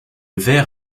ver